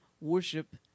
worship